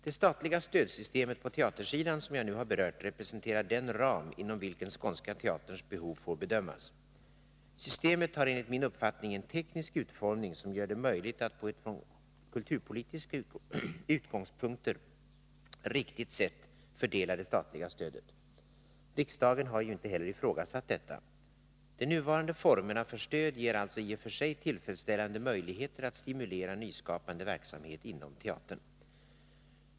Det statliga stödsystemet på teatersidan, som jag nu har berört, representerar den ram inom vilken Skånska Teaterns behov får bedömas. Systemet har enligt min uppfattning en teknisk utformning som gör det möjligt att på ett från kulturpolitiska utgångspunkter riktigt sätt fördela det statliga stödet. Riksdagen har ju inte heller ifrågasatt detta. De nuvarande formerna för stöd ger alltså i och för sig tillfredsställande möjligheter att stimulera nyskapande verksamhet inom teatern.